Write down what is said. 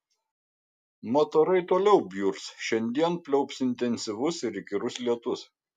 mat orai toliau bjurs šiandien pliaups intensyvus ir įkyrus lietus